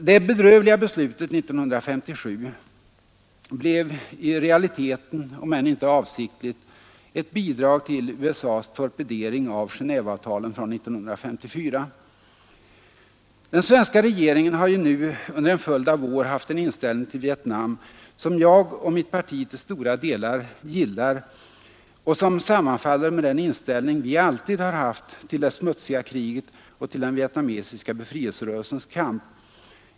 Det bedrövliga beslutet 1957 blev i realiteten — om än inte avsiktligt — ett bidrag till USA:s torpedering av Genéveavtalen från 1954. Den svenska regeringen har ju nu under en följd av år haft en inställning till Vietnam som jag och mitt parti till stora delar gillar och som sammanfaller med den inställning som vi alltid har haft till det smutsiga kriget och till den vietnamesiska befrielserörelsens kamp.